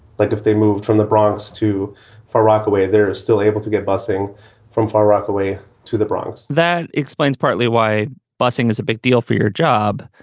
like if they moved from the bronx to far rockaway, they're still able to get bussing from far rockaway to the bronx that explains partly why busing is a big deal for your job,